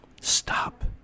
Stop